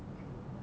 !wow!